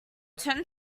turn